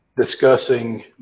discussing